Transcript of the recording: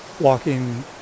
walking